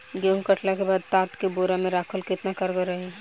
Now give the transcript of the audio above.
गेंहू कटला के बाद तात के बोरा मे राखल केतना कारगर रही?